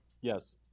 Yes